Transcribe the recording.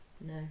No